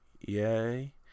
Yay